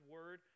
Word